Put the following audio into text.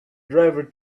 driver